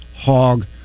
hog